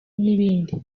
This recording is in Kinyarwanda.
n’ibindi